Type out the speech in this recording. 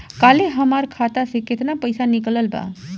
काल्हे हमार खाता से केतना पैसा निकलल बा?